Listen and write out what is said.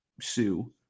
sue